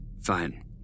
Fine